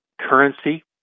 currency